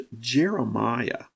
Jeremiah